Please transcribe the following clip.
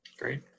Great